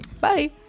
Bye